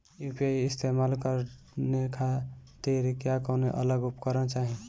UPI इस्तेमाल करने खातिर क्या कौनो अलग उपकरण चाहीं?